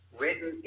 written